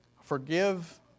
Forgive